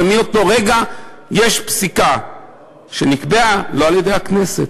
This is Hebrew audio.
ומאותו רגע יש פסיקה שנקבעה לא על-ידי הכנסת,